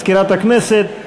מזכירת הכנסת,